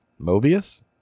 Mobius